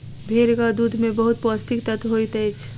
भेड़क दूध में बहुत पौष्टिक तत्व होइत अछि